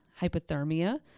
hypothermia